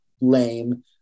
lame